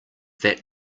that